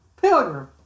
Pilgrim